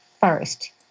first